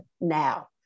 now